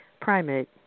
primate